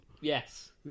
Yes